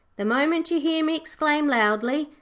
the moment you hear me exclaim loudly,